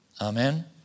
Amen